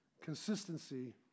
consistency